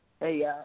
Hey